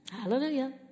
Hallelujah